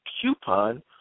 coupon